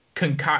Concoct